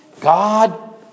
God